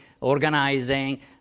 organizing